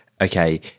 okay